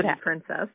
princess